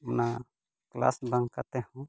ᱚᱱᱟ ᱠᱮᱞᱟᱥ ᱵᱟᱝ ᱠᱟᱛᱮ ᱦᱚᱸ